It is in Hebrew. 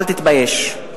אל תתבייש.